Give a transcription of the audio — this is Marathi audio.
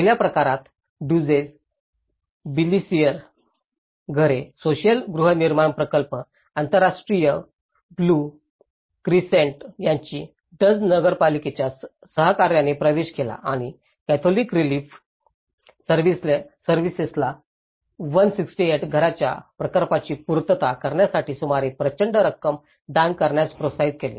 पहिल्या प्रकरणात डझसे बीकीलर घरे सोशिअल गृहनिर्माण प्रकल्प आंतरराष्ट्रीय ब्लू क्रेसेंट यांनी डज नगरपालिकेच्या सहकार्याने प्रवेश केला आणि कॅथोलिक रिलीफ सर्व्हिसेसला 168 घरांच्या प्रकल्पाची पूर्तता करण्यासाठी सुमारे प्रचंड रक्कम दान करण्यास प्रोत्साहित केले